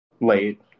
late